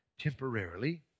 temporarily